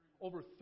Over